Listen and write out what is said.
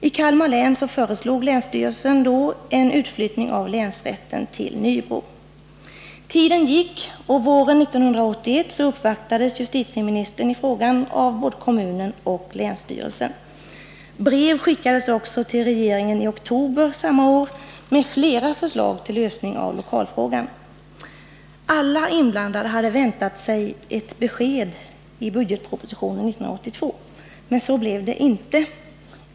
I Kalmar län föreslog länsstyrelsen en utflyttning av länsrätten till Nybro. Tiden gick, och våren 1981 uppvaktades justitieministern av både kommunen och länsstyrelsen. Brev skickades också till regeringen i oktober samma år med flera förslag till lösning av lokalfrågan. Alla inblandade hade väntat sig ett besked i budgetpropositionen 1982. Men så blev det inte.